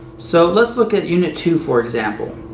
so let's look at unit two for example.